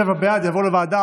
שבעה בעד, זה יעבור לוועדה.